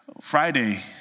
Friday